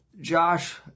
Josh